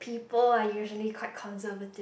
people are usually quite conservative